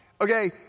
okay